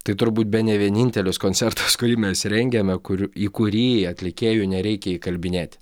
tai turbūt bene vienintelis koncertas kurį mes rengiame kur į kurį atlikėjų nereikia įkalbinėti